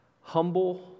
humble